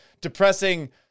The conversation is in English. depressing